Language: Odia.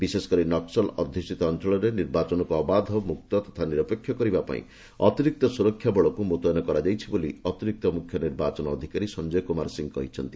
ବିଶେଷକରି ନକୁଲ ଅଧ୍ଯୁଷିତ ଅଞ୍ଚଳରେ ନିର୍ବାଚନକୁ ଅବାଧ ମୁକ୍ତ ତଥା ନିରପେକ୍ଷ କରିବା ପାଇଁ ଅତିରିକ୍ତ ସୁରକ୍ଷାବଳକୁ ମୁତୟନ କରାଯାଇଛି ବୋଲି ଅତିରିକ୍ତ ମୁଖ୍ୟ ନିର୍ବାଚନ ଅଧିକାରୀ ସଂଜୟ କୁମାର ସିଂହ କହିଛନ୍ତି